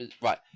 Right